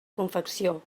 confecció